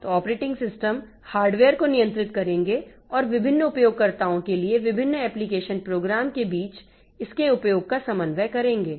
तो operating system hardware को नियंत्रित करेंगे और विभिन्न उपयोगकर्ताओं के लिए विभिन्न एप्लिकेशन प्रोग्राम के बीच इसके उपयोग का समन्वय करेंगे